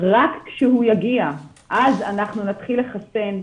רק כשהוא יגיע אז נתחיל לחסן,